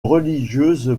religieuse